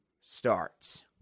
starts